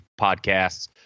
podcasts